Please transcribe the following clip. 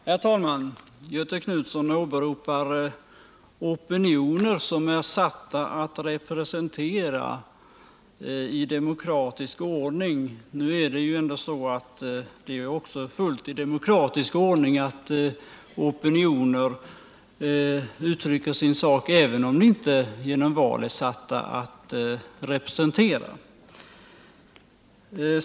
Herr talman! Göthe Knutson åberopar opinioner som bör få genomslag i demokratisk ordning. Nu är det ändå så att det är fullt i demokratisk ordning också att opinioner kommer till uttryck även om de inte företräds av i val utsedda representanter.